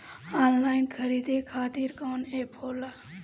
Online खरीदे खातीर कौन एप होला?